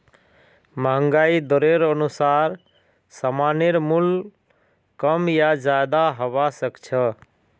महंगाई दरेर अनुसार सामानेर मूल्य कम या ज्यादा हबा सख छ